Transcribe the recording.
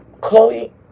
Chloe